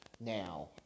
now